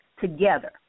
together